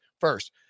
first